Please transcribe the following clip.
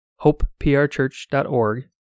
hopeprchurch.org